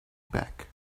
back